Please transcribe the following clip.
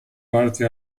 parte